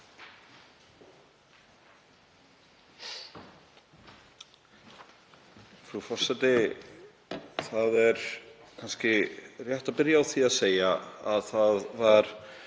Frú forseti. Það er kannski rétt að byrja á því að segja að það var